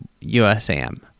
USAM